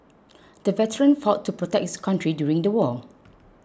the veteran fought to protect his country during the war